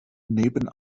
neben